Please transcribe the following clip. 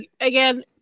Again